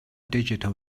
digital